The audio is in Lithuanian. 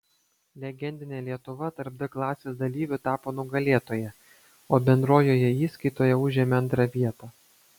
legendinė lietuva tarp d klasės dalyvių tapo nugalėtoja o bendrojoje įskaitoje užėmė antrą vietą